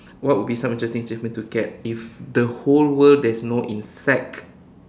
what would be some interesting achievement to get if the whole world there's no insect